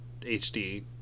HD